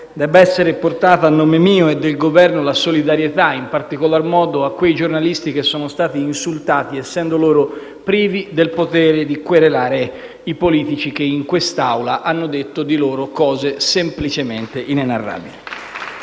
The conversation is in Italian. debba essere portato a nome mio e del Governo la solidarietà, in particolare modo, a quei giornalisti che sono stati insultati essendo loro privi del potere di querelare i politici che in quest'Aula hanno detto di loro cose semplicemente inenarrabili.